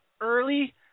early